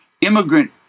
immigrant